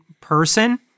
person